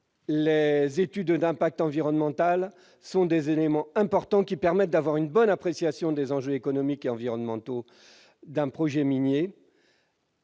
les études d'impact environnemental sont des éléments importants qui permettent une bonne appréciation des enjeux économiques et environnementaux d'un projet minier